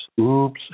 Oops